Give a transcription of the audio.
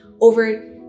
over